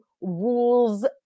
rules